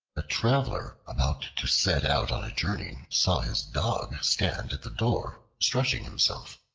a traveler about to set out on a journey saw his dog stand at the door stretching himself.